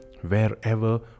Wherever